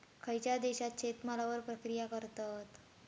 खयच्या देशात शेतमालावर प्रक्रिया करतत?